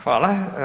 Hvala.